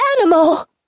Animal